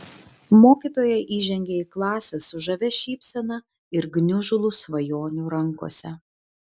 mokytoja įžengė į klasę su žavia šypsena ir gniužulu svajonių rankose